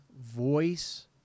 voice